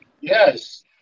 Yes